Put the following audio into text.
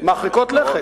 מרחיקות לכת.